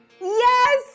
Yes